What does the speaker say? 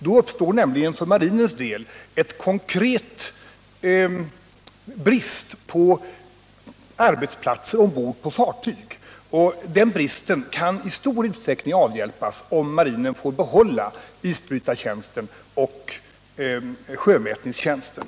Då uppstår nämligen för marinens del en konkret brist på arbetsplatser ombord på fartyg, och den bristen kan i stor utsträckning avhjälpas om marinen får behålla isbrytartjänsten och sjömätningstjänsten.